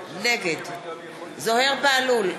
נגד זוהיר בהלול,